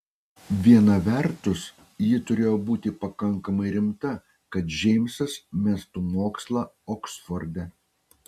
viena vertus ji turėjo būti pakankamai rimta kad džeimsas mestų mokslą oksforde